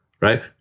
Right